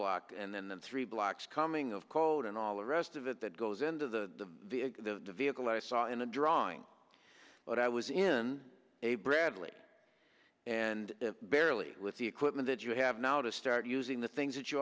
block and then the three blocks coming of code and all the rest of it that goes into the vehicle i saw in a drawing but i was in a bradley and barely with the equipment that you have now to start using the things that you